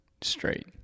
straight